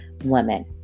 women